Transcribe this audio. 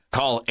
Call